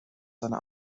seiner